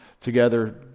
together